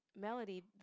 Melody